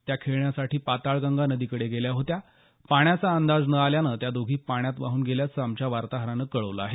त्या खेळण्यासाठी पाताळगंगा नदीकडे गेल्या होत्या पाण्याचा अंदाज न आल्यानं त्या दोघी पाण्यात वाहन गेल्याचं आमच्या वार्ताहरानं कळवलं आहे